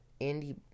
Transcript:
Andy